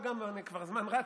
וגם כבר הזמן רץ,